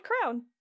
crown